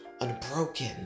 unbroken